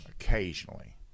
occasionally